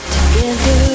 Together